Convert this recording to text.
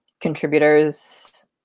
contributors